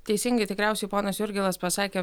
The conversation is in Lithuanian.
teisingai tikriausiai ponas jurgilas pasakė